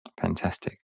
Fantastic